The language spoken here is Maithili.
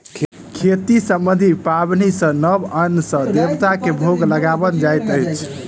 खेती सम्बन्धी पाबनि मे नव अन्न सॅ देवता के भोग लगाओल जाइत अछि